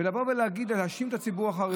לבוא ולהאשים את הציבור החרדי,